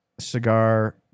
cigar